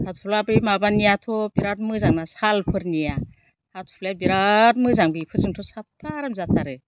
हाथ'फ्ला बै माबा नियाथ' बिराथ मोजां ना साल फोरनिया हाथ'फ्लाया बिराथ मोजां बेफोर जोंथ' साफा आराम जाथारो